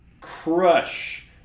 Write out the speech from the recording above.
crush